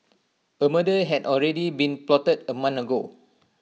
A murder had already been plotted A month ago